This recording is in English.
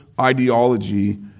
ideology